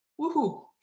Woohoo